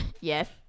Yes